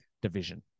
Division